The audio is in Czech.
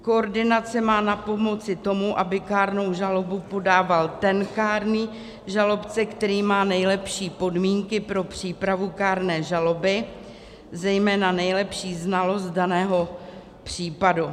Koordinace má napomoci tomu, aby kárnou žalobu podával ten kárný žalobce, který má nejlepší podmínky pro přípravu kárné žaloby, zejména nejlepší znalost daného případu.